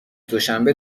دوشنبه